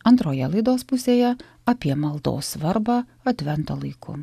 antroje laidos pusėje apie maldos svarbą advento laiku